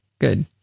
Good